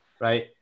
right